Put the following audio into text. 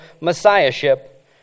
messiahship